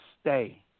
stay